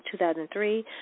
2003